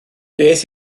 beth